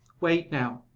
wait, now!